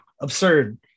absurd